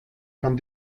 kann